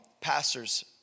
pastors